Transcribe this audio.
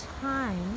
time